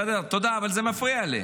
תודה, אבל זה מפריע לי.